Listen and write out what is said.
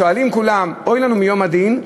אז שואלים כולם: "אוי לנו מיום הדין,